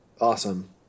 Awesome